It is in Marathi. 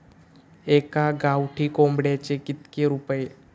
एका गावठी कोंबड्याचे कितके रुपये?